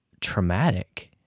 traumatic